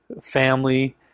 family